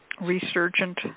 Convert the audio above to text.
resurgent